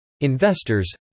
Investors